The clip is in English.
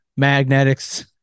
magnetics